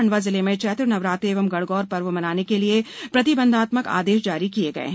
खण्डवा जिले में चैत्र नवरात्रि एवं गणगौर पर्व मनाने के लिए प्रतिबंधात्मक आदेश जारी किए गए हैं